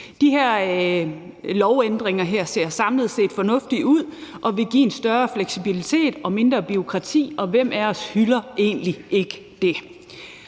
De lovændringer her ser samlet set fornuftige ud og vil give større fleksibilitet og mindre bureaukrati, og hvem af os hylder egentlig ikke det?